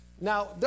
Now